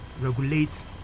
regulate